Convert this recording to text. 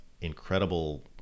incredible